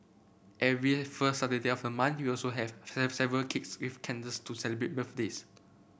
every first Saturday of the month we also have several cakes with candles to celebrate birthdays